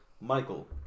Michael